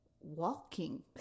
walking